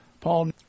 Paul